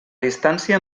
distància